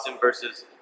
versus